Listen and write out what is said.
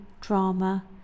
Drama